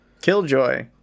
Killjoy